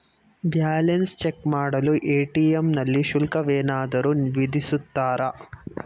Balance check ಮಾಡಲು ATM ನಲ್ಲಿ ಶುಲ್ಕವೇನಾದರೂ ವಿಧಿಸುತ್ತಾರಾ?